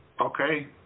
okay